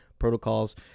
protocols